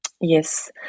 Yes